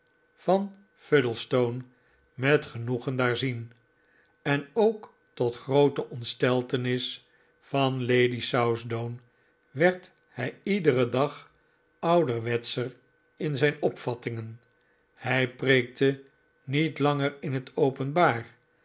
van fuddlestone met genoegen daar zien en ook tot groote ontsteltenis van lady southdown werd hij iederen dag ouderwetscher in zijn opvattingen hij preekte niet langer in het openbaar